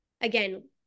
again